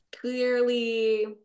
clearly